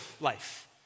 life